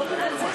לא מבין על מה.